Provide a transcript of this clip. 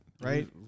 Right